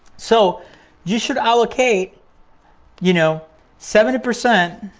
so you should allocate you know seventy percent